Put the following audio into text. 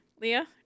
leah